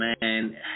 man